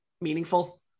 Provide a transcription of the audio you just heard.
meaningful